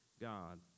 God